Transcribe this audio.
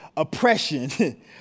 Oppression